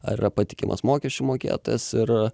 ar yra patikimas mokesčių mokėtojas ir